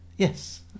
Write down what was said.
Yes